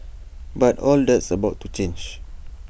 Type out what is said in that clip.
but all that's about to change